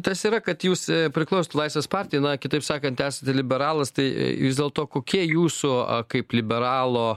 tas yra kad jūs priklausot laisvės partijai na kitaip sakant esate liberalas tai vis dėlto kokie jūsų kaip liberalo